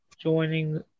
joining